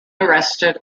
arrested